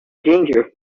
danger